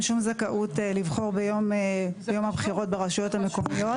שום זכאות לבחור ביום הבחירות ברשויות המקומיות,